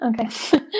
okay